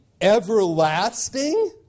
everlasting